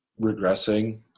regressing